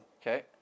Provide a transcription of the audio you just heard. Okay